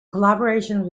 collaborations